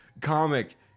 Comic